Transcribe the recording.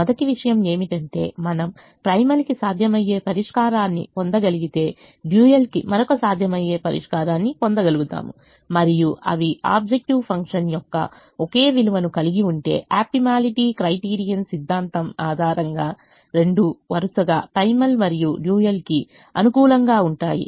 మొదటి విషయం ఏమిటంటే మనం ప్రైమల్కి సాధ్యమయ్యే పరిష్కారాన్ని పొందగలిగితే డ్యూయల్కి మరో సాధ్యమయ్యే పరిష్కారాన్ని పొందగలుగుతాము మరియు అవి ఆబ్జెక్టివ్ ఫంక్షన్ యొక్క ఒకే విలువను కలిగి ఉంటే ఆప్టిమాలిటీ క్రైటీరియన్ సిద్ధాంతం ఆధారంగా రెండూ వరుసగా ప్రైమల్ మరియు డ్యూయల్కి అనుకూలంగా ఉంటాయి